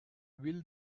will